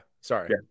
sorry